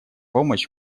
помощь